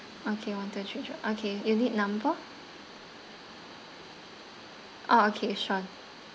okay one two three road okay unit number orh okay sure